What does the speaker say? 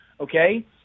Okay